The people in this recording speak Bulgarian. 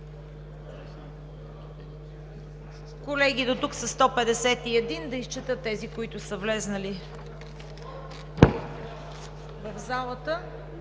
Колеги, дотук са 151. Да изчета тези, които са влезли в залата